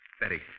Betty